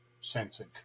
sensing